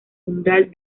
umbral